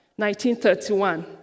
1931